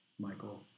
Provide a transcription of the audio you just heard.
Michael